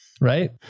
right